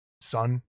Sun